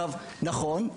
נכון,